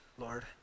Lord